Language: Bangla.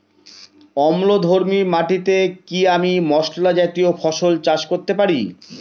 অম্লধর্মী মাটিতে কি আমি মশলা জাতীয় ফসল চাষ করতে পারি?